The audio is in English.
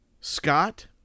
Scott